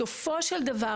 בסופו של דבר,